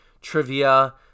trivia